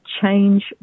change